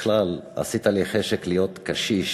בכלל, עשית לי חשק להיות קשיש